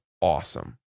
awesome